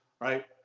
right